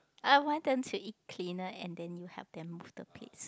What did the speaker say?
uh why don't you eat cleaner and then you help them move the plates